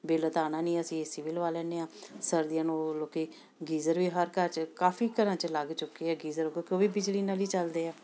bill ਆਉਣਾ ਨਹੀਂ ਅਸੀਂ ਏ ਸੀ ਵੀ ਲਗਵਾ ਲੈਦੇ ਹਾਂ ਸਰਦੀਆਂ ਨੂੰ ਲੋਕ ਗੀਜ਼ਰ ਵੀ ਹਰ ਘਰ 'ਚ ਕਾਫੀ ਘਰਾਂ 'ਚ ਲੱਗ ਚੁੱਕੇ ਆ ਗੀਜ਼ਰ ਕਿਉਂਕਿ ਉਹ ਵੀ ਬਿਜਲੀ ਨਾਲ ਹੀ ਚੱਲਦੇ ਆ